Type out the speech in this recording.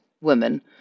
women